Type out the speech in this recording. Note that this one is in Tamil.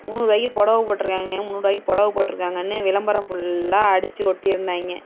நூறு ரூபாக்கி புடவ போட்டிருக்காங்க முன்னூறு ரூபாக்கி புடவ போட்டிருக்காங்கன்னு விளம்பரம் ஃபுல்லாக அடிச்சு ஒட்டியிருந்தாங்க